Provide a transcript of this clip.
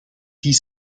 die